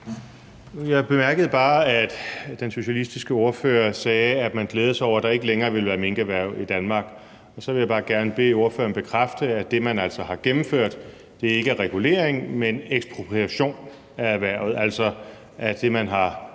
Jeg bemærkede bare, at den socialistiske ordfører sagde, at man glædede sig over, at der ikke længere vil være minkerhverv i Danmark. Jeg vil bare gerne bede ordføreren bekræfte, at det, man altså har gennemført, ikke er regulering, men ekspropriation af erhvervet, altså at det, man har haft